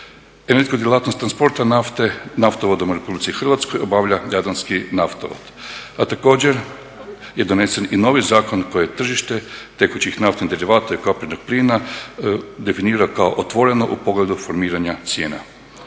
Energetsku djelatnost transporta nafte naftovodom u Republici Hrvatskoj obavlja Jadranski naftovod. A također je donesen i novi zakon koji tržište tekućih naftnih derivata i …/Govornik se ne razumije./… plina definira kao otvoreno u pogledu formiranja cijena.